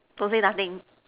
don't say nothing